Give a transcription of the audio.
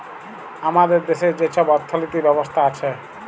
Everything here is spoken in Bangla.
আমাদের দ্যাশে যে ছব অথ্থলিতি ব্যবস্থা আছে